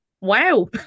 Wow